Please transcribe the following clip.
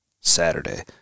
Saturday